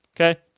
Okay